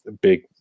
big